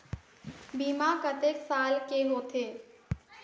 बीमा कतेक साल के होथे?